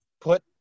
put